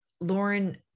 Lauren